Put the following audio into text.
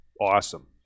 Awesome